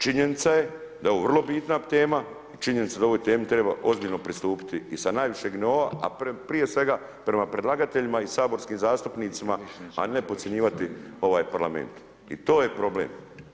Činjenica je da je ovo vrlo bitna tema i činjenica je da ovoj temi treba ozbiljno pristupiti i sa najvišeg nivoa a prije svega prema predlagateljima i saborskim zastupnicima a ne podcjenjivati ovaj Parlament i to je problem.